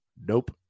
Nope